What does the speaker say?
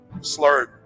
slurred